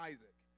Isaac